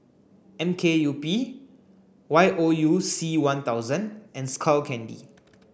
M K U P Y O U C one thousand and Skull Candy